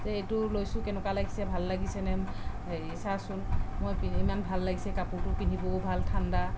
যে এইটো লৈছোঁ কেনেকুৱা লাগিছে ভাল লাগিছে নে হেৰি চাচোন মই পিন্ধি ইমান ভাল লাগিছে কাপোৰটো পিন্ধিবও ভাল ঠাণ্ডা